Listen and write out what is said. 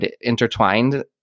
intertwined